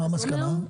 מה המסקנה?